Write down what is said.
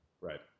Right